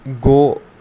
go